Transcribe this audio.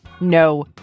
no